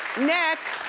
next,